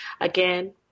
Again